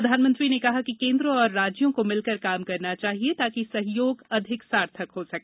प्रधानमंत्री ने कहा कि केन्द्र और राज्यों को मिलकर काम करना चाहिए ताकि सहयोग अधिक सार्थक हो सके